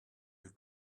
your